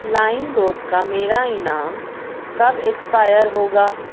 لائم road کا میرا انعام کب ایکسپائر ہوگا